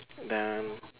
then